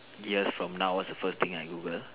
yes from now what's the first thing I Google